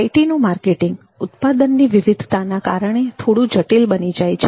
આઇટીનું marketing ઉત્પાદનની વિવિધતાના કારણે થોડું જટિલ બની જાય છે